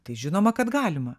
tai žinoma kad galima